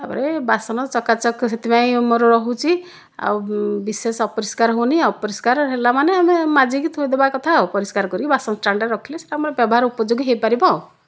ତା'ପରେ ବାସନ ଚକାଚକ ସେଥିପାଇଁ ମୋର ରହୁଛି ଆଉ ବିଶେଷ ଅପରିଷ୍କାର ହେଉନି ଅପରିଷ୍କାର ହେଲା ମାନେ ଆମେ ମାଜିକି ଥୋଇଦେବା କଥା ଆଉ ପରିଷ୍କାର କରିକି ବାସନ ଷ୍ଟାଣ୍ଡରେ ରଖିଲେ ସେଟା ଆମର ବ୍ୟବହାର ଉପଯୋଗୀ ହୋଇପାରିବ